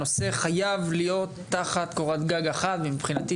הנושא חייב להיות תחת קורת גג אחת ומבחינתי,